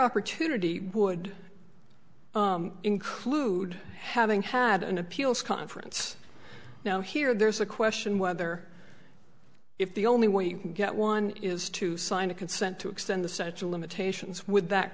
opportunity would include having had an appeals conference now here there's a question whether if the only way you can get one is to sign a consent to extend the statue of limitations with that